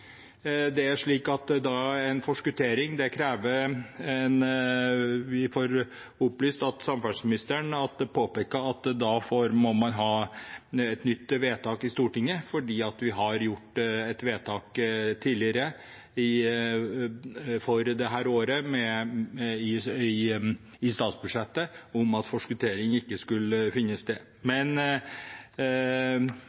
En forskuttering krever, får vi opplyst av samferdselsministeren, at man må ha et nytt vedtak i Stortinget, for vi har gjort et vedtak tidligere for dette året i statsbudsjettet om at forskuttering ikke skulle finne sted.